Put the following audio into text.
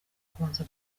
kubanza